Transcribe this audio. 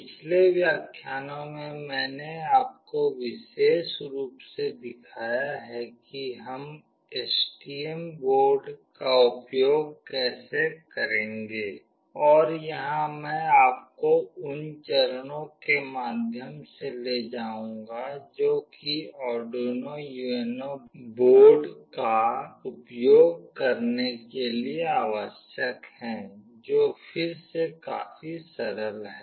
पिछले व्याख्यानों में मैंने आपको विशेष रूप से दिखाया है कि हम एसटीएम बोर्ड का उपयोग कैसे करेंगे और यहां मैं आपको उन चरणों के माध्यम से ले जाऊंगी जो कि आर्डुइनो UNO बोर्ड का उपयोग करने के लिए आवश्यक हैं जो फिर से काफी सरल है